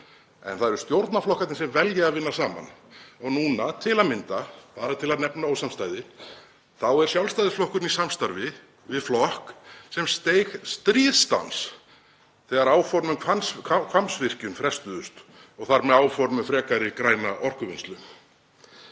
En það eru stjórnarflokkarnir sem velja að vinna saman og núna til að mynda, bara til að nefna ósamstöðu, þá er Sjálfstæðisflokkurinn í samstarfi við flokk sem steig stríðsdans þegar áform um Hvammsvirkjun frestuðust og þar með áform um frekari græna orkuvinnslu.